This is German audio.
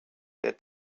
der